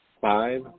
five